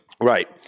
Right